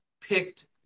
picked